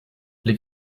les